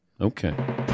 Okay